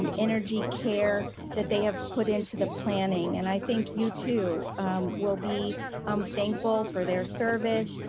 um energy, care that they have put into the planning and i think you too will be um thankful for their service,